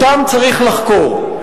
אותם צריך לחקור.